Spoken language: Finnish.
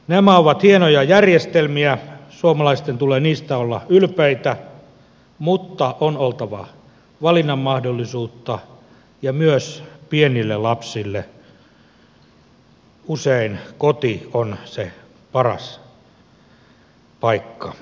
nämä ovat hienoja järjestelmiä suomalaisten tulee niistä olla ylpeitä mutta on oltava valinnanmahdollisuutta ja myös pienille lapsille usein koti on se paras paikka varttua